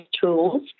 tools